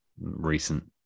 recent